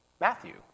Matthew